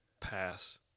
Pass